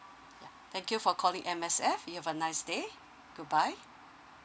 ya thank you for calling M_S_F you have a nice day goodbye